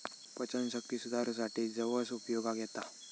पचनशक्ती सुधारूसाठी जवस उपयोगाक येता